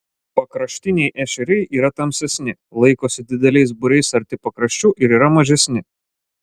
pakraštiniai ešeriai yra tamsesni laikosi dideliais būriais arti pakraščių ir yra mažesni